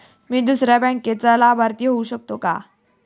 मी दुसऱ्या बँकेचा लाभार्थी होऊ शकतो का?